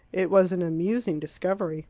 it was an amusing discovery